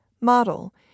model